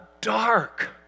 dark